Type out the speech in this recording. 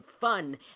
fun